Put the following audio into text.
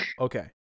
okay